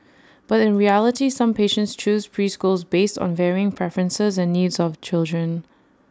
but in reality some patients choose preschools based on varying preferences and needs of children